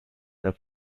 the